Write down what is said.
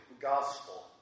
gospel